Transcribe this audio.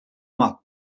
mark